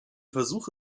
versuch